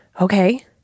okay